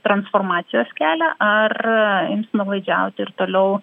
transformacijos kelią ar ims nuolaidžiauti ir toliau